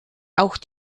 auch